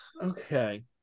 Okay